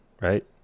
right